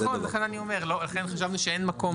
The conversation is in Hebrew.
לכן חשבנו שאין מקום לסייג.